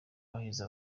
wahize